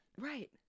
right